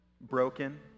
broken